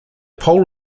pole